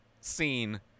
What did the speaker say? scene